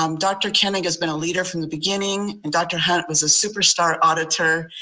um dr. koenig has been a leader from the beginning and dr. hunt was a superstar auditor.